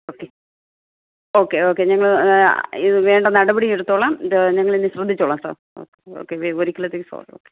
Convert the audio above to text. okay okay okay ഞങ്ങൾ ഇതിന് വേണ്ട നടപടിയെടുത്തോളാം ഞങ്ങൾ ഇനി ശ്രദ്ധിച്ചോളാം സാർ ഓക്കെ ഓക്കെ ഒരിക്കലത്തേക്ക് സോറി ഓക്കെ